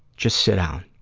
just sit down.